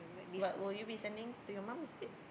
but will you be sending to your mom instead